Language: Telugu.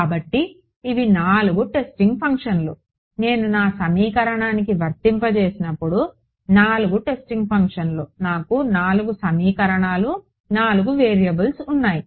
కాబట్టి ఇవి 4 టెస్టింగ్ ఫంక్షన్లు నేను నా సమీకరణానికి వర్తింపజేసినప్పుడు 4 టెస్టింగ్ ఫంక్షన్లు నాకు 4 సమీకరణాలు 4 వేరియబుల్స్ ఉన్నాయి